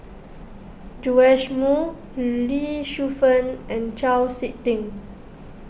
Joash Moo Lee Shu Fen and Chau Sik Ting